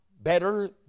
better